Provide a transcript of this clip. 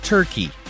Turkey